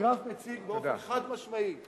הגרף מציג באופן חד-משמעי,